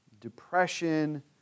depression